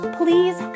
please